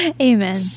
Amen